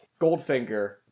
Goldfinger